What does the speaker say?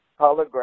hologram